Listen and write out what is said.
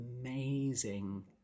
amazing